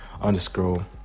underscore